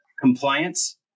compliance